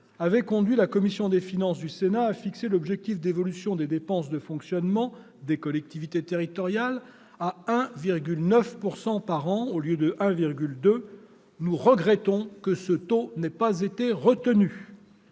avait conduit la commission des finances du Sénat à fixer l'objectif d'évolution des dépenses de fonctionnement des collectivités territoriales à 1,9 % par an, au lieu de 1,2 %. Nous regrettons que ce taux n'ait pas été retenu.